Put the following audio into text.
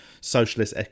socialist